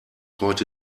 heute